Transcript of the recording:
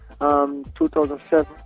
2007